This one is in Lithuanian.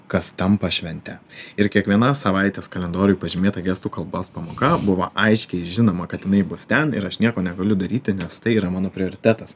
kas tampa švente ir kiekviena savaitės kalendoriuj pažymėta gestų kalbos pamoka buvo aiškiai žinoma kad jinai bus ten ir aš nieko negaliu daryti nes tai yra mano prioritetas